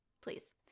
Please